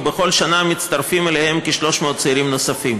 ובכל שנה מצטרפים אליהם כ-300 צעירים נוספים.